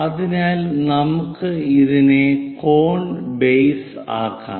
അതിനാൽ നമുക്ക് ഇതിനെ കോൺ ബേസ് ആക്കാം